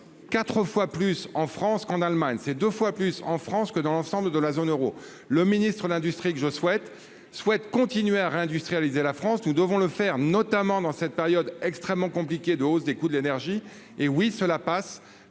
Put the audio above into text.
sont quatre fois plus importants en France qu'en Allemagne, et deux fois plus que dans l'ensemble de la zone euro. Le ministre de l'industrie que je suis souhaite continuer à réindustrialiser la France, notamment dans cette période extrêmement compliquée de hausse des coûts de l'énergie. Oui, cela passe